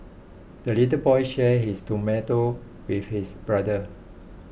the little boy shared his tomato with his brother